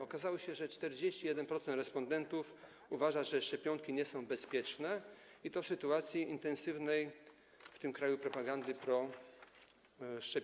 Okazało się, że 41% respondentów uważa, że szczepionki nie są bezpieczne, i to w sytuacji intensywnej w tym kraju propagandy proszczepiennej.